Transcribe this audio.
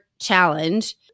Challenge